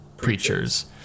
preachers